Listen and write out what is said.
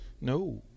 No